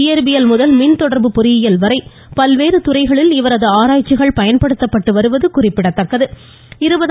இயற்பியல் முதல் மின்தொடர்பு பொறியியல் வரை பல்வேறு துறைகளில் இவரது ஆராய்ச்சிகள் பயன்படுத்தப்படுவது குறிப்பிடத்தக்கது